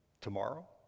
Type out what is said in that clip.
tomorrow